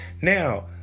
Now